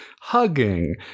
hugging